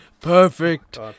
perfect